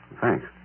Thanks